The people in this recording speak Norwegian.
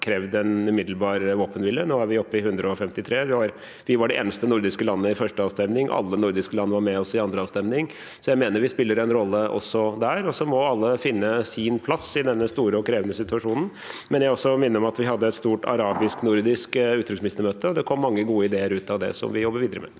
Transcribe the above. krevd en umiddelbar våpenhvile. Nå er vi oppe i 153. Vi var det eneste nordiske landet i første avstemning. Alle nordiske land var med oss i andre avstemning. Jeg mener vi spiller en rolle også der, og så må alle finne sin plass i denne store og krevende situasjonen. Jeg vil også minne om at vi hadde et stort arabisknordisk utenriksministermøte, og det kom mange gode ideer ut av det som vi jobber videre med.